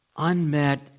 Unmet